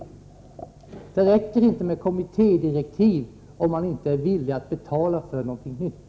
Det räcker inte med kommittédirektiv om man inte är villig att betala för någonting nytt.